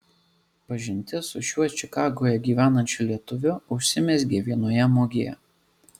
pažintis su šiuo čikagoje gyvenančiu lietuviu užsimezgė vienoje mugėje